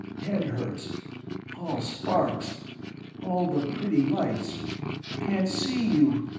head hurts all sparks all the pretty lights can't see you!